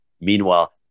Meanwhile